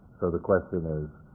so the question is,